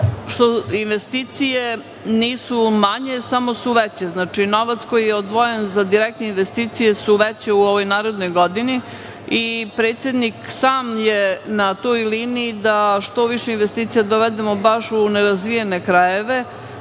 odradim. Investicije nisu manje samo su veće, znači novac koji je odvojen za direktne investicije su veće u ovoj narednoj godini i predsednik sam je na toj liniji da što više investicija dovedemo baš u nerazvijene krajeve.